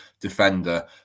defender